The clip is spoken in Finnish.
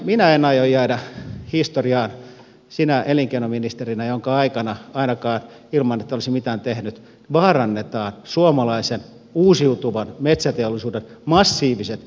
minä en aio jäädä historiaan sinä elinkeinoministerinä jonka aikana ainakaan ilman että olisin mitään tehnyt vaarannetaan suomalaisen uusiutuvan metsäteollisuuden massiiviset investoinnit suomessa